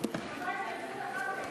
באים היום להגיש הסתייגויות לחוק הזה,